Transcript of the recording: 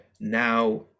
Now